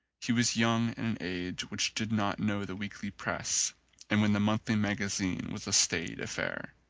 he was young in an age which did not know the weekly press and when the monthly magazine was a staid affair.